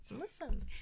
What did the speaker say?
Listen